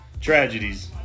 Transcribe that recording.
tragedies